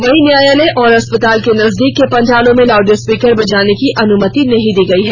वहीं न्यायालय और अस्पताल के नजदीक के पंडालों में लाउडस्पीकर बनाने की अनुमति नहीं दी गई है